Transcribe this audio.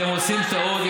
אתם עושים טעות.